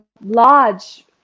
large